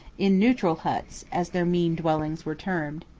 in neutral huts as their mean dwellings were termed.